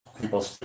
people